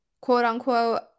quote-unquote